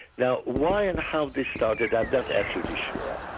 now why and how this started i'm not absolutely sure. um